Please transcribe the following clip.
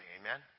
Amen